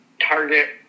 target